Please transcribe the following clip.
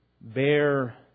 bear